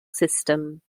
system